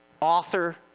author